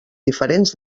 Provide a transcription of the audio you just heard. diferents